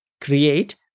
create